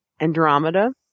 Andromeda